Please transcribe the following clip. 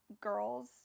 girls